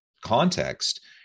context